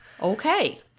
Okay